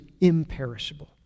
imperishable